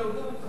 למה לא דיון,